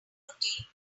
putty